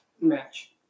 match